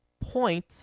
Point